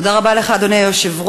תודה רבה לך, אדוני היושב-ראש.